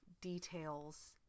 details